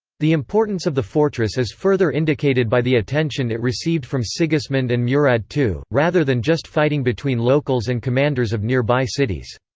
the importance of the fortress is further indicated by the attention it received from sigismund and murad ii, rather than just fighting between locals and commanders of nearby cities.